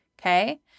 Okay